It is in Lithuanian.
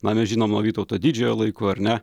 na mes žinom nuo vytauto didžiojo laikų ar ne